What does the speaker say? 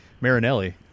Marinelli